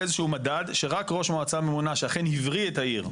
איזה שהוא מדד שרק ראש מועצה ממונה שאכן הבריא את העיר,